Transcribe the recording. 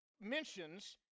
mentions